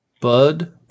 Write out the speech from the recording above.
Bud